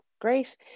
great